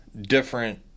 different